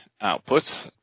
output